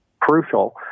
crucial